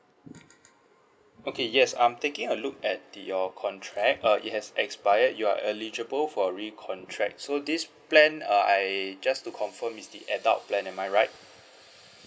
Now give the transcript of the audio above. okay yes I'm taking a look at your contract uh it has expired you are eligible for recontract so this plan uh I just to confirm is the adults plan am I right